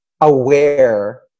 aware